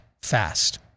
fast